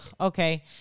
okay